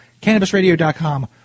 CannabisRadio.com